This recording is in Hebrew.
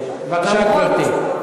בבקשה, גברתי.